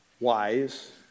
Wise